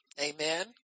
Amen